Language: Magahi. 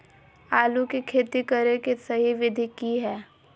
आलू के खेती करें के सही विधि की हय?